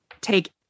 take